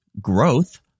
growth